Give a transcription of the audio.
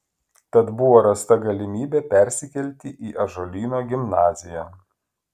tad buvo rasta galimybė persikelti į ąžuolyno gimnaziją